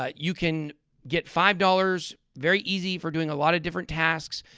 ah you can get five dollars very easy for doing a lot of different tasks.